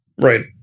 Right